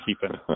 keeping